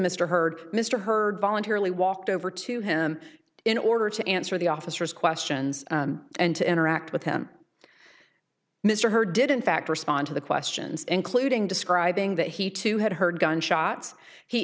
mr hurd mr hurd voluntarily walked over to him in order to answer the officers questions and to interact with him mr hurd did in fact respond to the questions including describing that he too had heard gunshots he